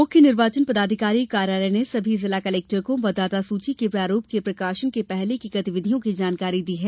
मुख्य निर्वाचन पदाधिकारी कार्यालय ने सभी जिला कलेक्टर को मतदाता सूची के प्रारूप के प्रकाशन के पहले की गतिविधियों की जानकारी दी है